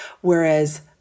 Whereas